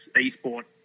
e-sport